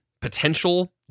potential